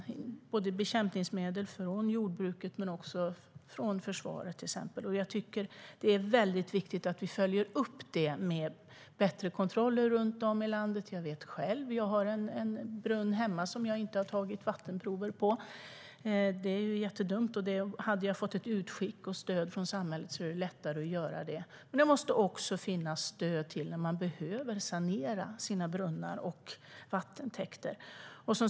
Det gäller bekämpningsmedel från jordbruket men också från till exempel försvaret. Det är mycket viktigt att vi följer upp det med bättre kontroller runt om i landet. Jag har själv en brunn hemma som jag inte har tagit vattenprover på. Det är jättedumt. Hade jag fått ett utskick och stöd från samhället hade det varit lättare att göra det. Men det måste också finnas stöd när man behöver sanera sina brunnar och vattentäkter.